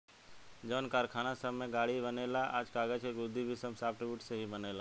जवन कारखाना सब में कार्ड बनेला आ कागज़ के गुदगी भी सब सॉफ्टवुड से ही बनेला